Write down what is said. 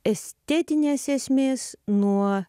estetinės esmės nuo